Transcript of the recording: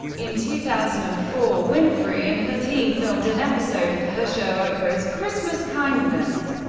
in two thousand and four, winfrey and her team filmed an episode of her show, oprah's christmas kindness,